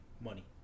money